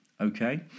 Okay